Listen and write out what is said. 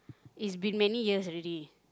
it's been many years already